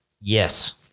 Yes